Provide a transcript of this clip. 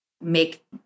make